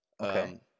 Okay